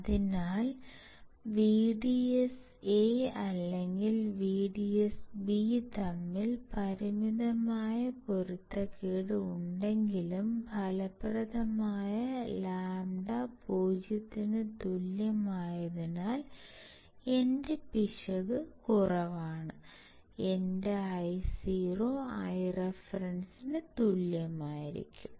അതിനാൽ VDSA അല്ലെങ്കിൽ VDSB തമ്മിൽ പരിമിതമായ പൊരുത്തക്കേട് ഉണ്ടെങ്കിലും ഫലപ്രദമായ λ 0 ന് തുല്യമായതിനാൽ എന്റെ പിശക് കുറവാണ് എന്റെ Io Ireferenceസിന് തുല്യമായിരിക്കും